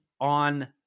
on